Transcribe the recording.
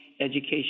education